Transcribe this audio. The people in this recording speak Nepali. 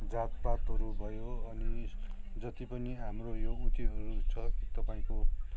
जात पातहरू भयो अनि जति पनि हाम्रो यो ऊ त्योहरू छ तपाईँको